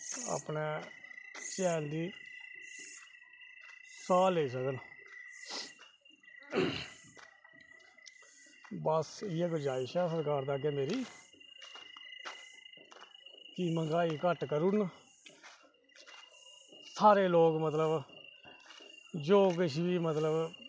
अपने सेह्त दी साह् लेई सक्कन बस्स इयै गुजारिश ऐ सरकार दे अग्गें मेरी कि मंहगाई घट्ट करी ओड़ेओ सारे लोग मतलब जो किश बी मतलब